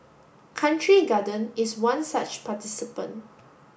Country Garden is one such participant